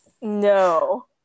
no